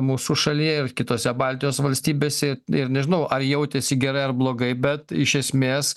mūsų šalyje ir kitose baltijos valstybėse ir nežinau ar jautėsi gerai ar blogai bet iš esmės